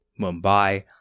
Mumbai